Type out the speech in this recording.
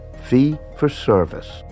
fee-for-service